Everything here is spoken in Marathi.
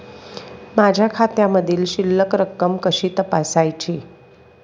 माझ्या खात्यामधील शिल्लक रक्कम कशी तपासायची?